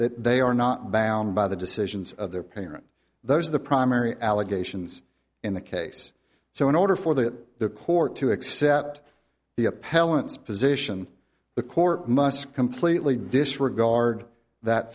that they are not bound by the decisions of their parent those are the primary allegations in the case so in order for that the court to accept the appellant's position the court must completely disregard that